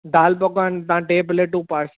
दालि पकवान तव्हां टे प्लेटूं पार्स